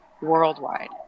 worldwide